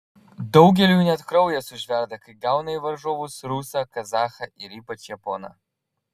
daugeliui net kraujas užverda kai gauna į varžovus rusą kazachą ir ypač japoną